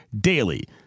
DAILY